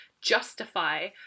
justify